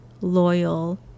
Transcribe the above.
loyal